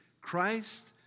Christ